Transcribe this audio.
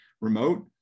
remote